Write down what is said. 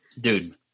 Dude